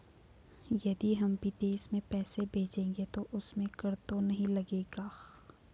यदि हम विदेश में पैसे भेजेंगे तो उसमें कर तो नहीं लगेगा?